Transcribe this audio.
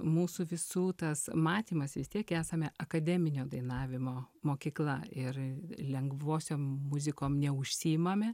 mūsų visų tas matymas vis tiek esame akademinio dainavimo mokykla ir lengvosiom muzikom neužsiimame